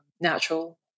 natural